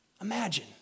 Imagine